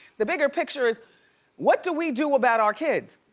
the bigger picture is what do we do about our kids?